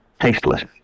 tasteless